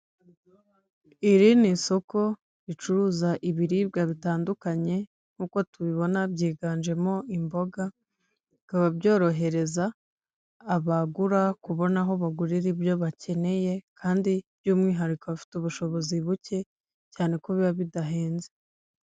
Iri ni isoko ricuruza ibiribwa bitandukanye, nk'uko tubibona byiganjemo imboga, bikaba byorohereza abagura kubona aho bagurira ibyo bakeneye kandi by'umwihariko abafite ubushobozi buke cyane ko biba bidahenze.